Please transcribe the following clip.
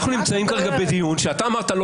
אנחנו נמצאים כרגע בדיון שאתה אמרת לא